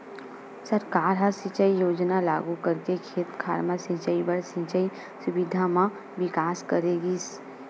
सरकार ह सिंचई योजना लागू करके खेत खार म सिंचई बर सिंचई सुबिधा म बिकास करे गिस